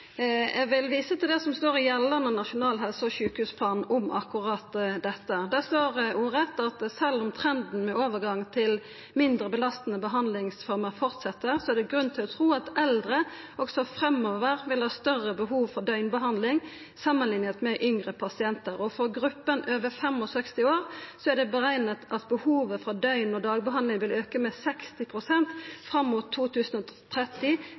Eg vil visa til det som står i gjeldande Nasjonal helse- og sjukehusplan om akkurat dette. Det står ordrett: «Selv om trenden med overgang til mindre belastende behandlingsformer fortsetter, er det grunn til å tro at eldre også framover vil ha et større behov for døgnbehandling sammenlignet med yngre pasienter. For gruppen over 65 år er det beregnet at behovet for døgn- og dagbehandling vil øke med cirka 60 prosent fram mot 2030.